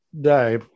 day